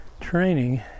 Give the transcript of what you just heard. training